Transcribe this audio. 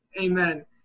amen